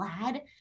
glad